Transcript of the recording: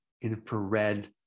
infrared